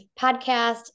podcast